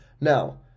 Now